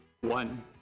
one